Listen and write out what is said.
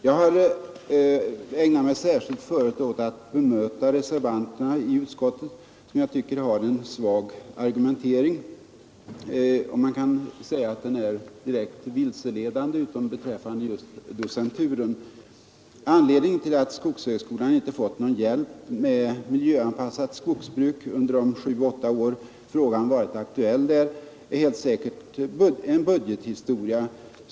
Jag har i huvudanförandet sökt bemöta reservanterna i utskottet, som jag tycker har en svag argumentering. Man kan säga att den är direkt vilseledande utom just beträffande docenturen. Anledningen till att skogshögskolan inte fått någon hjälp med arbetet på miljöanpassat skogsbruk under de sju till åtta år frågan varit aktuell är helt säkert budgetmässig.